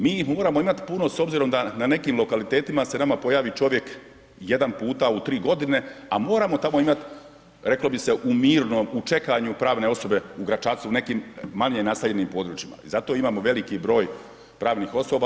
Mi ih moramo imati puno s obzirom da na nekim lokalitetima se nama pojavi čovjek jedan puta u tri godine, a moramo tamo imati reklo bi se u mirnom u čekanju pravne osobe u Gračacu i u nekim manje naseljenim područjima i zato imamo veliki broj pravnih osoba.